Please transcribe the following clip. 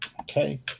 Okay